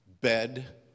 bed